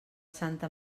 santa